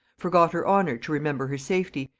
forgot her honor to remember her safety,